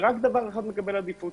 בתקופה זו ראינו שרק דבר אחד מקבל עדיפות,